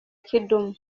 kidum